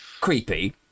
creepy